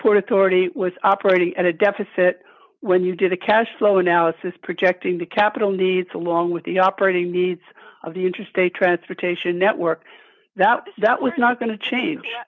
port authority was operating at a deficit when you did a cash flow analysis projecting the capital needs along with the operating needs of the intrastate transportation network that that was not going to change